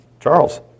Charles